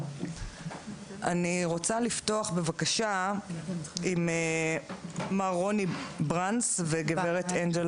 אני רוצה לפתוח בבקשה עם מר רוני ברנס וגברת אנג'ל